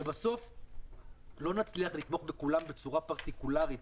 בסוף לא נצליח לתמוך בכולם בצורה פרטיקולרית.